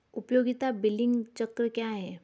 उपयोगिता बिलिंग चक्र क्या है?